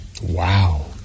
Wow